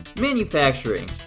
Manufacturing